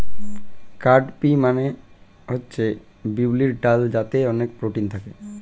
cow P মানে হচ্ছে বিউলির ডাল যাতে অনেক প্রোটিন থাকে